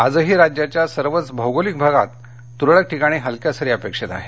आजही राज्याच्या सर्वच भौगोलिक विभागांत तुरळक ठिकाणी हलक्या सरी अपेक्षित आहे